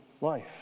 life